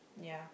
ya